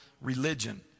religion